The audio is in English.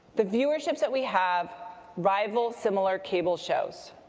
the viewerships that we have rival similar cable shows.